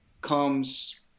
comes